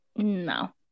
no